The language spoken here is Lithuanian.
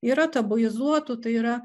yra tabuizuotų tai yra